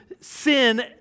sin